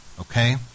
okay